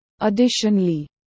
Additionally